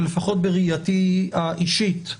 לפחות בראייתי האישית,